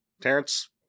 Terrence